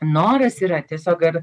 noras yra tiesiog ar